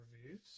reviews